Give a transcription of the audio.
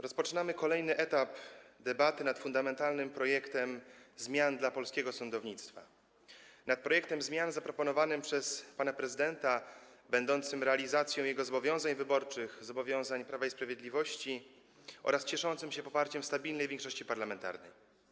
Rozpoczynamy kolejny etap debaty nad fundamentalnym projektem zmian w polskim sądownictwie, nad projektem zmian zaproponowanym przez pana prezydenta, będącym realizacją jego zobowiązań wyborczych, zobowiązań Prawa i Sprawiedliwości oraz cieszącym się poparciem stabilnej większości parlamentarnej.